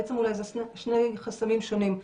בעצם זה אולי שני חסמים שונים,